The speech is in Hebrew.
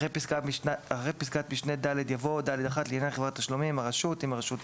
אחרי פסקת משנה (ד) יבוא: "(ד1) לעניין חברת תשלומים הרשות".